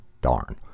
Darn